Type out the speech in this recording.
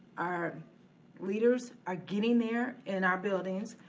our leaders are getting there in our buildings,